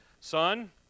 Son